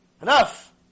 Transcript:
Enough